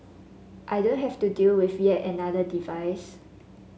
I don't have to deal with yet another device